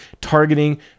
targeting